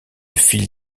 fils